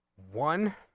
one